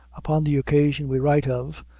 upon the occasion we write of,